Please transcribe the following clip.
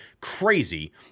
crazy